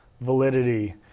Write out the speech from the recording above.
validity